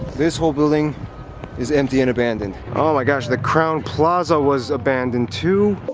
this whole building is empty and abandoned. oh my gosh, the crown plaza was abandoned too!